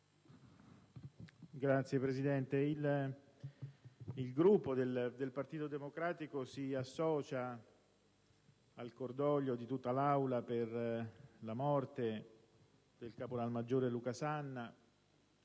Signor Presidente, il Gruppo del Partito Democratico si associa al cordoglio di tutta l'Assemblea per la morte del caporalmaggiore Luca Sanna,